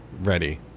ready